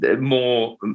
more